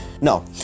no